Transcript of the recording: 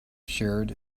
shared